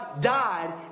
died